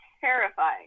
terrifying